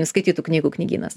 skaitytų knygų knygynas